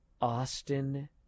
Austin